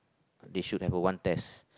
they should have a one test